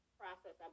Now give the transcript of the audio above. process